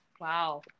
Wow